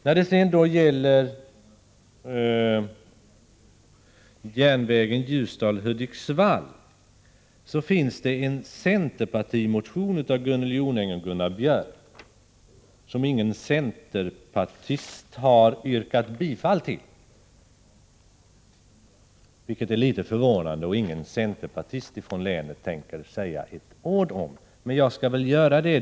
När det sedan gäller bandelen Ljusdal-Hudiksvall finns det en centerpartimotion av Gunnel Jonäng och Gunnar Björk i Gävle som ingen centerpartist har yrkat bifall till, vilket är litet förvånande. Ingen centerpartist ifrån länet tänker säga ett ord om den, men jag skall göra det.